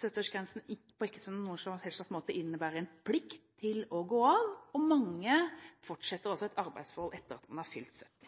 70-årsgrensen ikke på noen som helst slags måte innebærer en plikt til å gå av. Mange fortsetter et arbeidsforhold også etter at man er fylt 70 år.